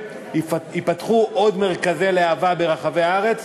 ייפתחו עוד מרכזי להב"ה ברחבי הארץ.